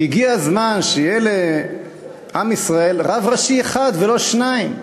שהגיע הזמן שיהיה לעם ישראל רב ראשי אחד ולא שניים,